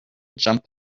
jump